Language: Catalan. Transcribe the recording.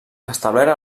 establert